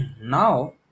now